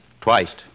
Twice